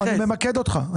אני ממקד אותך.